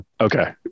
Okay